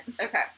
okay